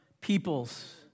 peoples